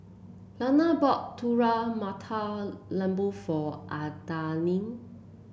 Lana bought Telur Mata Lembu for Adalyn